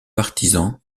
partisan